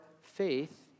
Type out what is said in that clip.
faith